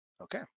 Okay